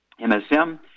MSM